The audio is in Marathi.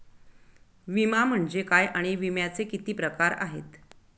विमा म्हणजे काय आणि विम्याचे किती प्रकार आहेत?